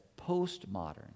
postmodern